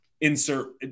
insert